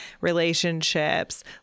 relationships